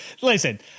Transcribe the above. Listen